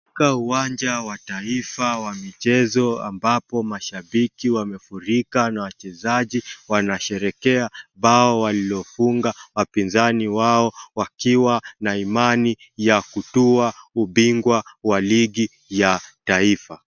Katika uwanja wa taifa wa michezo ambapo mashabiki wamefurika na wachezaji wanasherehekea bao walilofunga wapinzani wao wakiwa na imani ya kutua ubingwa wa ligi ya taifa.